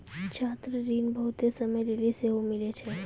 छात्र ऋण बहुते समय लेली सेहो मिलै छै